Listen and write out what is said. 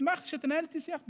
אשמח שתנהל איתי שיח,